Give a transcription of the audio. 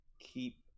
keep